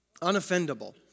Unoffendable